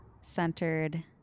centered